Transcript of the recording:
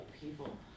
people